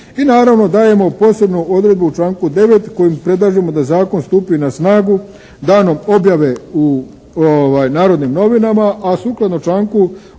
I naravno dajemo posebnu odredbu u članku 9. kojim predlažemo da zakon stupi na snagu danom objave u Narodnim novinama a sukladno članku,